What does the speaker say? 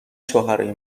شوهرای